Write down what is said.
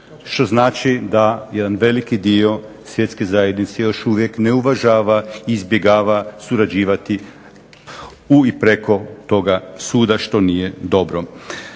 što znači da jedan veliki dio svjetske zajednice još uvijek ne uvažava i izbjegava surađivati u i preko toga suda što nije dobro.